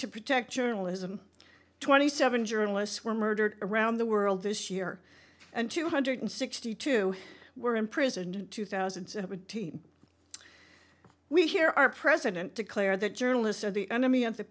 to protect journalism twenty seven journalists were murdered around the world this year and two hundred and sixty two were imprisoned in two thousand and seventeen we hear our president declare that journalists are the enemy of the